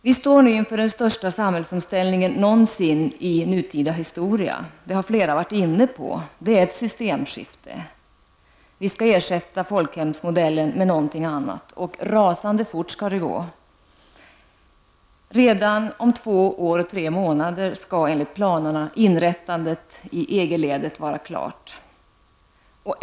Vi står nu inför den största samhällsomställningen någonsin i nutida historia, det har flera varit inne på. Ett systemskifte, folkhemsmodellen skall ersättas av något annat -- och rasande fort skall det gå. Redan om två år och tre månader skall enligt planerna inrättningen i EG-ledet vara klar.